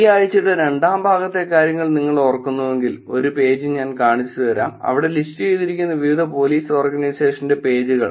ഈ ആഴ്ചയുടെ രണ്ടാം ഭാഗത്തെ കാര്യങ്ങൾ നിങ്ങൾ ഓർക്കുന്നുവെങ്കിൽ ഒരു പേജ് ഞാൻ കാണിച്ചുതരാം അവിടെ ലിസ്റ്റുചെയ്തിരിക്കുന്ന വിവിധ പോലീസ് ഓർഗനൈസേഷന്റെ പേജുകൾ